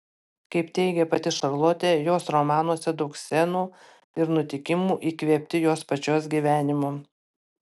kaip teigė pati šarlotė jos romanuose daug scenų ir nutikimų įkvėpti jos pačios gyvenimo